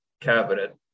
cabinet